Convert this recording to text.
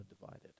divided